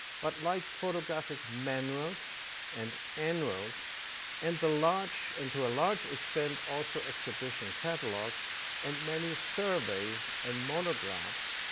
but like photographic manuals and annuals and the large and to a large extent also exhibition catalogues and many surveys and monographs,